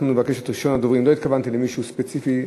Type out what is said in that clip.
לא התכוונתי למישהו ספציפי,